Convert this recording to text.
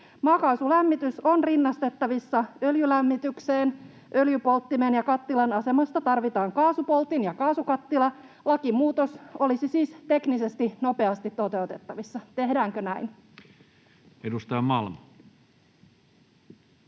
Maakaasulämmitys on rinnastettavissa öljylämmitykseen: öljypolttimen ja ‑kattilan asemasta tarvitaan kaasupoltin ja kaasukattila. Lakimuutos olisi siis teknisesti nopeasti toteutettavissa — tehdäänkö näin? Edustaja Malm.